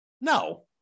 No